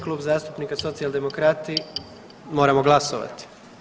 Klub zastupnika Socijaldemokrati moramo glasovati.